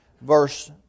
verse